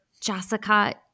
Jessica